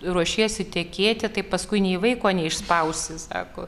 ruošiesi tekėti tai paskui nei vaiko neišspausi sako